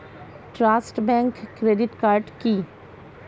Trust bank credit card কি?